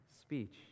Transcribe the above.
speech